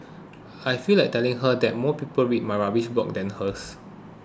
I feel like telling her that more people read my rubbish blog than hers